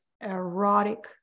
erotic